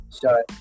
Sure